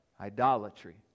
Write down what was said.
idolatry